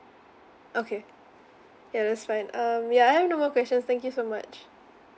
okay ya that's fine um ya I have no more questions thank you so much